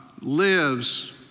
lives